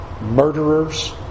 Murderers